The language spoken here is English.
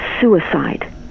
suicide